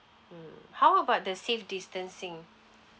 mm how about the safe distancing